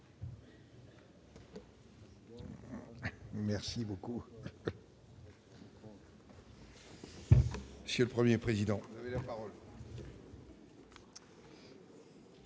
sociales. Monsieur le Premier président, vous avez la parole.